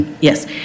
yes